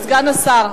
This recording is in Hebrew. סגן השר,